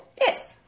Yes